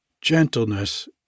Gentleness